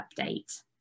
update